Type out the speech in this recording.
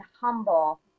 humble